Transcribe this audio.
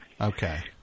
Okay